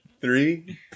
Three